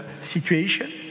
situation